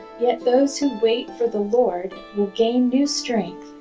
yet those who wait for the lord will gain new strength.